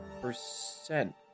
percent